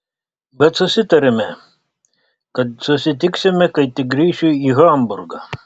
bet susitarėme kad susitiksime kai tik grįšiu į hamburgą